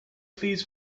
please